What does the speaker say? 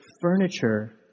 furniture